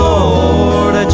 Lord